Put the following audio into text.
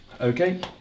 Okay